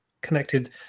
connected